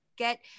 Get